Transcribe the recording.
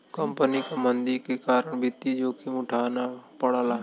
company क मंदी के कारण वित्तीय जोखिम उठाना पड़ला